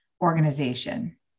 organization